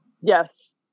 yes